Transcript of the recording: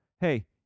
Hey